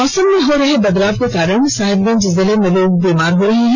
मौसम में हो रहे बदलाव के कारण साहेबगंज जिले में लोग बीमार हो रहे हें